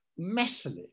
messily